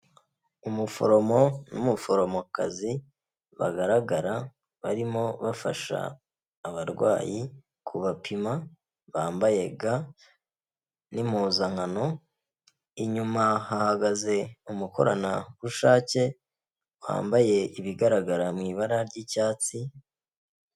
Umuforomo n'umuforomokazi, bagaragara barimo bafasha abarwayi ku bapima, bambaye ga n'impuzankano, inyuma hahagaze umukoranabushake wambaye ibigaragara mu ibara ry'icyatsi.